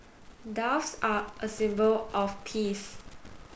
doves are a symbol of peace